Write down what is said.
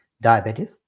Diabetes